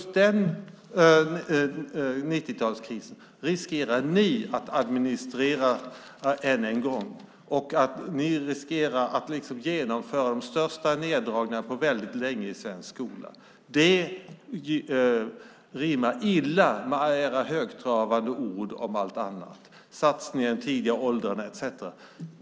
Nu riskerar ni att administrera detta än en gång. Ni riskerar att genomföra de största neddragningarna i svensk skola på väldigt länge. Det rimmar illa med era högtravande ord om allt annat, till exempel satsningar i de tidiga åldrarna etcetera.